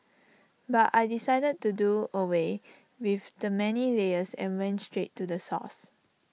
but I decided to do away with the many layers and went straight to the source